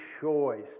choice